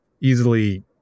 easily